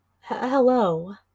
Hello